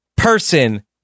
person